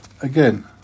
Again